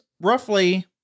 roughly